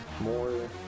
more